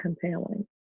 compelling